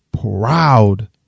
proud